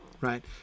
right